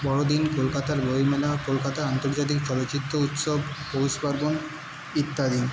বড়দিন কলকাতার বই মেলা কলকাতার আন্তর্জাতিক চলচ্চিত্র উৎসব পৌষ পার্বন ইত্যাদি